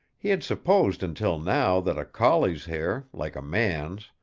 he had supposed until now that a collie's hair, like a man's,